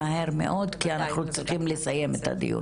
מהר מאוד כי אנחנו צריכים לסיים את הדיון.